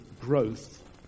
growth